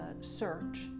search